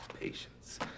Patience